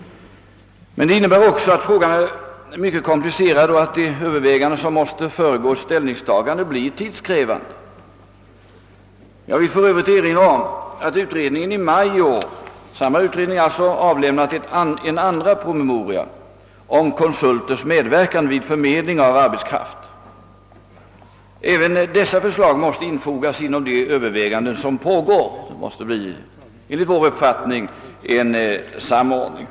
Det innebär också att frågan är mycket komplicerad och att ide övervägamnden som måste föregå ett ställningstaganide blir tidskrävande. Jag vill för övrigt erinra om att samma utredning i maj i år 'avlämnat en andra promemoria om 'konsulters medverkan vid förmedling av arbetskraft. även dessa förslag måste infogas inom de överväganden som pågår; det krävs enligt vår uppfattning en samordning.